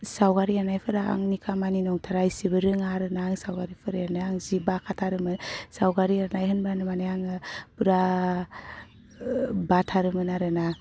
सावगारि एरनायफोरा आंनि खामानि नंथारा एसेबो रोङा आरोना आं सावगारिफोर एरनो आं जि बाखाथारोमोन सावगारि एरनाय होनबानो माने आङो फुरा बाथारोमोन आरोना